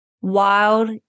Wild